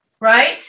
right